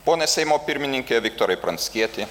pone seimo pirmininke viktorai pranckieti